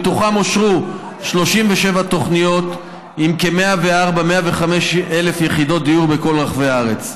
מתוכן אושרו 37 תוכניות עם 104,000 105,000 יחידות דיור בכל רחבי הארץ.